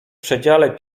przedziale